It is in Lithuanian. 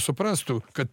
suprastų kad